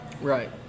Right